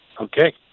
Okay